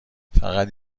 فقط